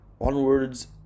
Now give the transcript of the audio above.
onwards